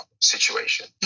situation